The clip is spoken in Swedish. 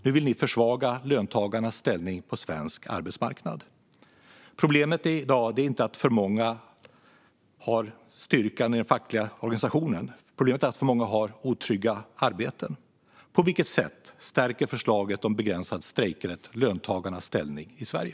Nu vill ni försvaga löntagarnas ställning på svensk arbetsmarknad. Problemet i dag är inte att för många har styrkan i den fackliga organisationen, utan problemet är att för många har otrygga arbeten. På vilket sätt stärker förslaget om begränsad strejkrätt löntagarnas ställning i Sverige?